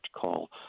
call